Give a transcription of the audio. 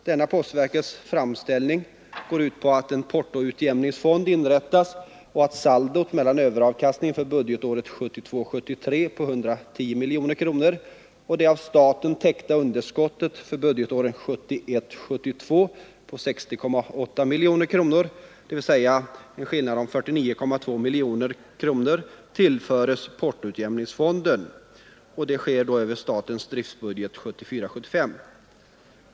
Denna postverkets framställning går ut på att en portoutjämningsfond inrättas och att saldot mellan överavkastningen för budgetåret 1972 72 på 60,8 miljoner kronor, dvs. ett belopp om 49,2 miljoner kronor, tillföres portoutjämningsfonden över statens driftbudget för 1974/75.